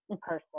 person